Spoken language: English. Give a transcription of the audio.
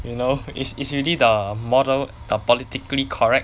you know it's it's really the model the politically correct